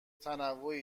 تنوعی